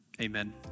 Amen